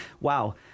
Wow